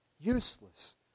Useless